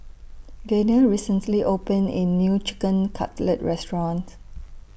Gaynell recently opened A New Chicken Cutlet Restaurant